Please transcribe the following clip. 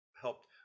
helped